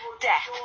death